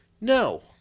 no